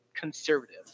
conservative